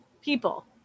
people